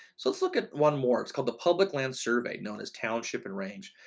so let's look at one more. it's called the public land survey known as township and range.